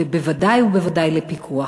ובוודאי לפיקוח.